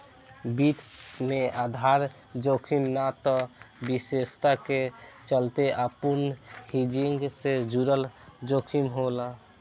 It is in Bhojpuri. वित्त में आधार जोखिम ना त विशेषता के चलते अपूर्ण हेजिंग से जुड़ल जोखिम होला